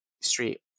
street